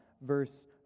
verse